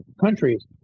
countries